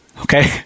Okay